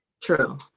True